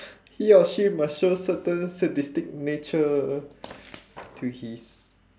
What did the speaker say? he or she must show certain sadistic nature to his